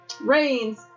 rains